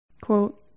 Quote